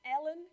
Ellen